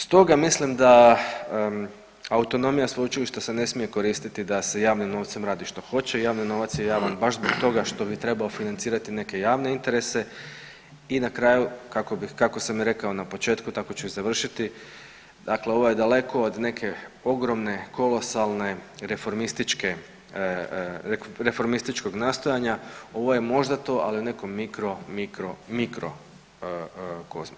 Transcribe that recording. Stoga mislim da autonomija sveučilišta se ne smije koristiti da se javnim novcem radi što hoće, javni novac je javan baš zbog toga što bi trebao financirati neke javne interese i na kraju kako sam rekao i na početku tako ću i završiti, dakle ovo je daleko od neke ogromne kolosalne reformističke, reformističkog nastojanja, ovo je možda to, ali u nekom mikro, mikro, mikro kozmosu.